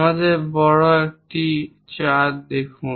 আমাদের বড় একটি দেখুন